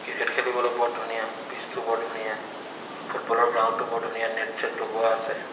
cricket খেলিবলে বৰ ধুনীয়া পিছটো বৰ ধুনীয়া ফুটবলৰ গ্ৰাউণ্ডটো বৰ ধুনীয়া নেট চেট লগোৱা আছে